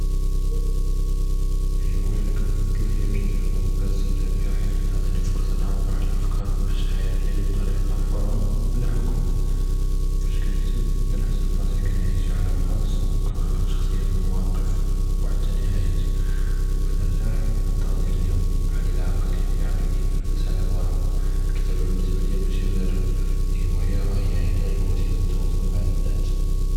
אלהואיה לי כנפצ׳ל היא אלכתאבה، כנתמתע ביהא חית כתעטיני פורסה נעבר עלא לאפכאר ולמשאער דיאלי، בטריקה חורה בלא חכמ, פאש כנכתב כנחס בראסי נעיש עאלם ח׳אס, וכנخلق שכ׳סיאת ומואקפ, וכנרג׳ע אטקא דיאל ליום, עקלכ יתנפס עלא לוארק, אלכתאבה בניסבה ליא משי ע׳יר האואיה, היא וסילה לתואצ׳ול מע א-דאת.